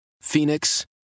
Phoenix